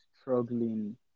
struggling